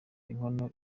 inkono